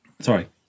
Sorry